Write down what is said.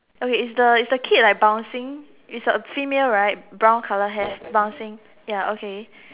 okay is the is the kid like bouncing is a female right brown colour hair bouncing ya okay